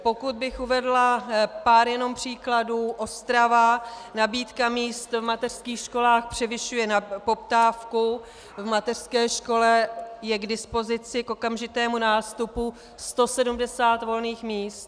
Pokud bych uvedla pár příkladů: Ostrava, nabídka míst v mateřských školách převyšuje poptávku, v mateřské škole je dispozici k okamžitému nástupu 170 volných míst.